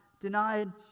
denied